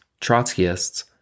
Trotskyists